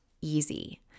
easy